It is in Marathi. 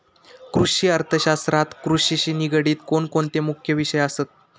कृषि अर्थशास्त्रात कृषिशी निगडीत कोणकोणते मुख्य विषय असत?